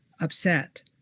upset